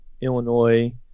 illinois